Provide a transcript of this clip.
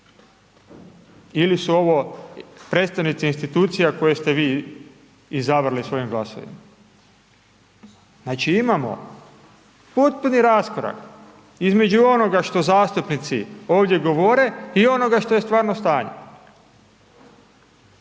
Ili su ovo predstojnici institucija koje ste vi izabrali svojim glasovima? Znači imamo potpuni raskorak između onoga što zastupnici ovdje govore i onoga što je stvarno stanje.